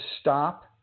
stop